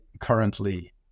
currently